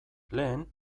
lehen